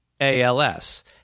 ALS